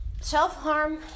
Self-harm